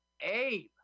Abe